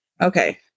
Okay